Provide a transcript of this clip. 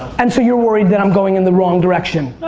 and so you're worried that i'm going in the wrong direction?